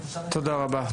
תודה רבה.